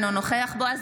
אינו נוכח בועז